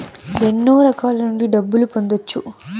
ఎన్నో రకాల నుండి డబ్బులు పొందొచ్చు